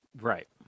right